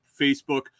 Facebook